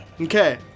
Okay